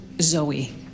Zoe